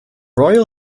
royal